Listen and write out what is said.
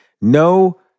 No